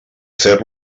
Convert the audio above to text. fer